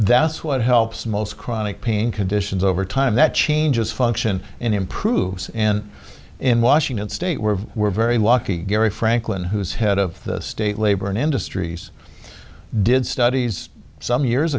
that's what helps most chronic pain conditions over time that changes function and improves and in washington state where we're very lucky gary franklin who is head of state labor in industries did studies some years